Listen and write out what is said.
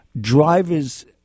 drivers